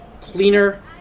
cleaner